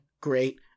Great